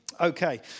Okay